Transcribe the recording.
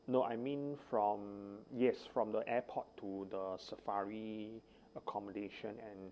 no I mean from yes from the airport to the safari accommodation and